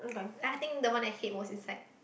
and I think the one I hate most is like